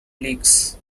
leagues